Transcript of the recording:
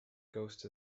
ghost